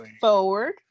forward